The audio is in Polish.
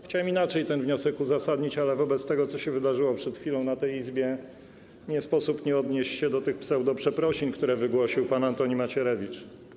Chciałem inaczej ten wniosek uzasadnić, ale wobec tego, co się wydarzyło przed chwilą w tej Izbie, nie sposób nie odnieść się do tych pseudoprzeprosin, które wygłosił pan Antoni Macierewicz.